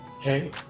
Hey